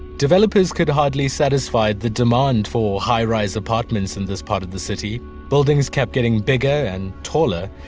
developers could hardly satisfy the demand for high rise apartments in this part of the city. buildings kept getting bigger and taller,